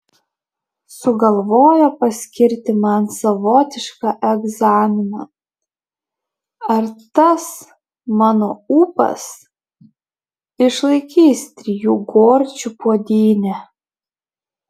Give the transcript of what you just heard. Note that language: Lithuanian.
sugalvojo paskirti man savotišką egzaminą ar tas mano ūpas išlaikys trijų gorčių puodynę